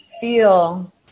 feel